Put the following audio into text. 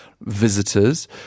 visitors